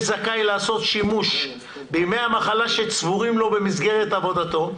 זכאי לעשות שימוש בימי המחלה שצבורים לו במסגרת עבודתו,